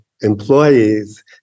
employees